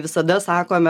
visada sakome